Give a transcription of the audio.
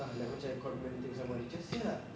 ah like macam god meant to take someone macam [sial] ah